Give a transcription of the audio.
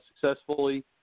successfully